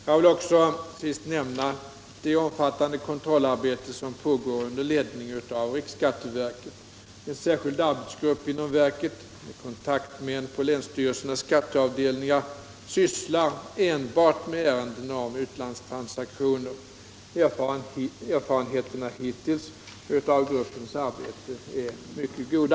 Jag vill också nämna det omfattande kontrollarbete som pågår under ledning av riksskatteverket. En särskild arbetsgrupp inom verket — med kontaktmän på länsstyrelsernas skatteavdelningar — sysslar enbart med ärenden om utlandstransaktioner. Erfarenheterna hittills av gruppens arbete är mycket goda.